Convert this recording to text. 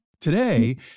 today